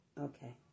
okay